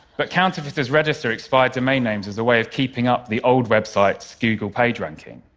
but counterfeiters register expired domain names as a way of keeping up the old website's google page ranking.